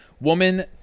woman